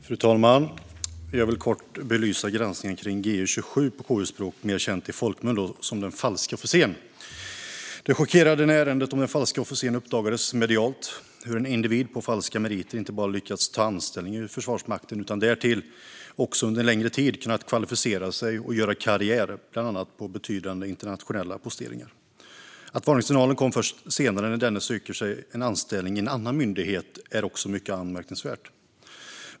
Fru talman! Jag vill kort belysa granskningen i det ärende som på KU-språk heter G27 men som i folkmun är mer känt som den falske officeren. När ärendet om den falske officeren uppdagades i medierna chockerade det hur en individ på falska meriter inte bara lyckats ta anställning i Försvarsmakten utan därtill under en längre tid kunnat kvalificera sig och göra karriär, bland annat på betydande internationella posteringar. Att varningssignalen kom först senare, när denne sökte anställning i en annan myndighet, är också mycket anmärkningsvärt.